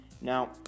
Now